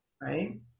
right